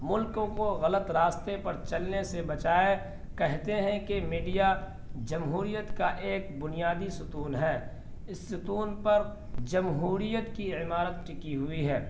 ملک کو غلط راستے پر چلنے سے بچائے کہتے ہیں کہ میڈیا جمہوریت کا ایک بنیادی ستون ہے اس ستون پر جمہوریت کی عمارت ٹکی ہوئی ہے